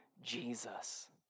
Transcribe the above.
Jesus